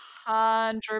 hundred